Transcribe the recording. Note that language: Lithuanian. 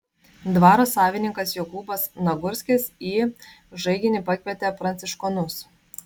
dvaro savininkas jokūbas nagurskis į žaiginį pakvietė pranciškonus